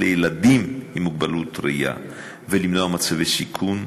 של ילדים עם מוגבלות ראייה ולמנוע מצבי סיכון,